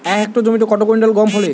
এক হেক্টর জমিতে কত কুইন্টাল গম ফলে?